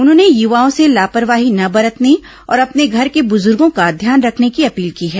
उन्होंने युवाओं से लापरवाही न बरतने और अपने घर के बुजुर्गों का ध्यान रखने की अपील की है